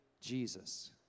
Jesus